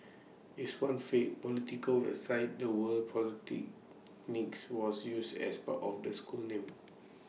is one fake political website the word was used as part of the school name